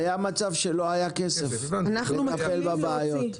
היה מצב שלא היה כסף לטפל בבעיות.